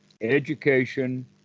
education